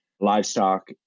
livestock